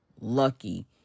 lucky